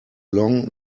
long